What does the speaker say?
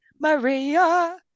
maria